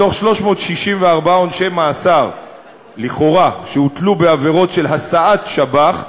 מתוך 364 עונשי מאסר לכאורה שהוטלו בעבירות של הסעת שב"ח,